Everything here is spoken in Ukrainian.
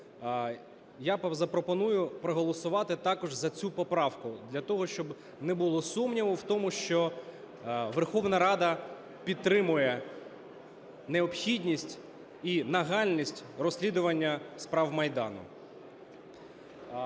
я запропоную проголосувати також за цю поправку для того, щоб не було сумніву в тому, що Верховна Рада підтримує необхідність і нагальність розслідування справ Майдану.